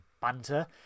banter